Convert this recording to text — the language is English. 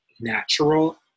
natural